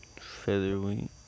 Featherweight